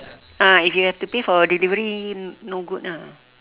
ah you have to pay for delivery no good lah